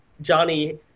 johnny